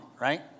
right